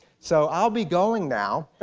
so i'll be going now